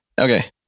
Okay